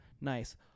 Nice